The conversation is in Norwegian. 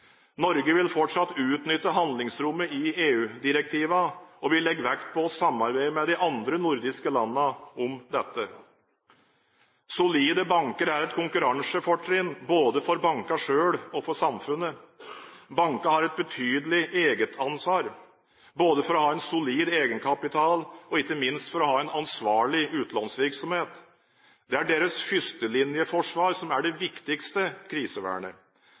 Norge vil fortsatt utnytte handlingsrommet i EU-direktivene, og vi legger vekt på å samarbeide med de andre nordiske landene om dette. Solide banker er et konkurransefortrinn både for bankene selv og for samfunnet. Bankene har et betydelig eget ansvar, både for å ha en solid egenkapital og ikke minst for å ha en ansvarlig utlånsvirksomhet. Det er deres førstelinjeforsvar som er det viktigste krisevernet.